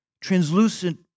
translucent